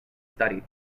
studied